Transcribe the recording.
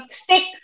stick